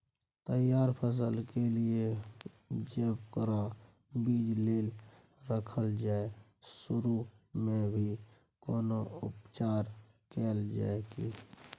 तैयार फसल के लिए जेकरा बीज लेल रखल जाय सुरू मे भी कोनो उपचार कैल जाय की?